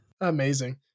Amazing